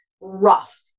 rough